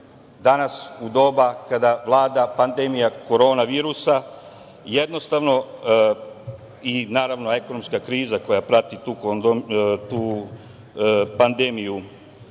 danas u doba kada vlada pandemija Korona virusa i naravno ekonomska kriza koja prati tu pandemiju